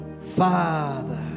Father